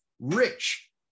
rich